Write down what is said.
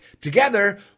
Together